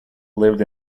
lived